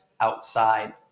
outside